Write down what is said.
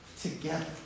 together